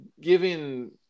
giving